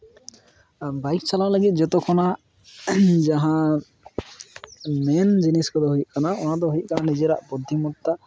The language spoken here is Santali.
ᱵᱟᱭᱤᱠ ᱪᱟᱞᱟ ᱞᱟᱹᱜᱤᱫ ᱡᱚᱛᱚ ᱠᱷᱚᱱᱟᱜ ᱡᱟᱦᱟᱸ ᱢᱮᱱ ᱡᱤᱱᱤᱥ ᱠᱚᱫᱚ ᱦᱩᱭᱩᱜ ᱠᱟᱱᱟ ᱚᱱᱟ ᱫᱚ ᱦᱩᱭᱩᱜ ᱠᱟᱱᱟ ᱱᱤᱡᱮᱨᱟᱜ ᱵᱩᱫᱽᱫᱷᱤᱢᱚᱛᱛᱟ